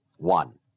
One